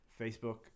facebook